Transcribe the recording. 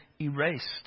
erased